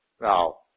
Now